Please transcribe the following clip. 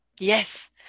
Yes